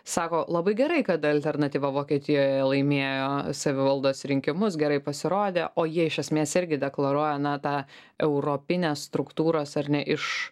sako labai gerai kad alternatyva vokietijoje laimėjo savivaldos rinkimus gerai pasirodė o jie iš esmės irgi deklaruoja na tą europinės struktūros ar ne iš